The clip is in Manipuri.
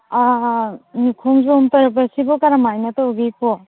ꯈꯣꯡꯖꯣꯝ ꯄ꯭ꯔꯕꯁꯤꯕꯨ ꯀꯔꯝꯃꯥꯏꯅ ꯇꯧꯒꯦ ꯏꯄꯨ